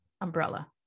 umbrella